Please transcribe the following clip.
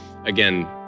Again